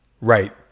Right